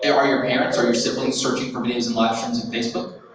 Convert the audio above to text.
are your parents or your siblings searching for videos and live streams in facebook?